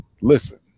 listen